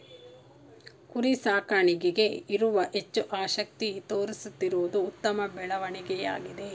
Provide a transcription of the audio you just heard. ಕುರಿ ಸಾಕಾಣಿಕೆಗೆ ಇವರು ಹೆಚ್ಚು ಆಸಕ್ತಿ ತೋರಿಸುತ್ತಿರುವುದು ಉತ್ತಮ ಬೆಳವಣಿಗೆಯಾಗಿದೆ